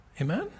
Amen